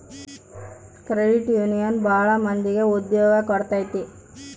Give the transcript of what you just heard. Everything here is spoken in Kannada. ಕ್ರೆಡಿಟ್ ಯೂನಿಯನ್ ಭಾಳ ಮಂದಿಗೆ ಉದ್ಯೋಗ ಕೊಟ್ಟೈತಿ